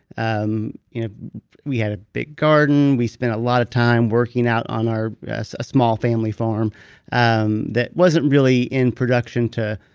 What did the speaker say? um you know we had a big garden, we spent a lot of time working out on our small family farm um that wasn't really in production to.